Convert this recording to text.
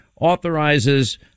authorizes